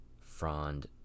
frond